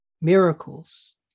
Miracles